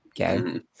Okay